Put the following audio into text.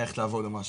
ללכת לעבוד במשהו.